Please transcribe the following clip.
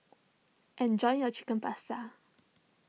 enjoy your Chicken Pasta